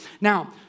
Now